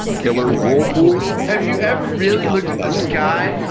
killer whirlpools. have you ever really looked at the sky?